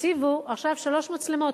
הציבו עכשיו שלוש מצלמות,